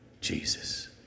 Jesus